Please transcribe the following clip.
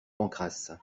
pancrace